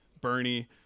Bernie